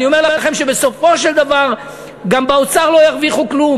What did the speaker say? אני אומר לכם שבסופו של דבר גם באוצר לא ירוויחו כלום,